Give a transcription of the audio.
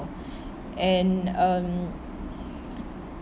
and um